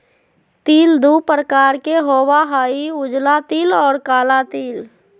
तिल दु प्रकार के होबा हई उजला तिल और काला तिल